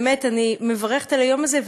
באמת אני מברכת על היום הזה,